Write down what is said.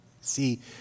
See